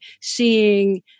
seeing